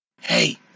Hey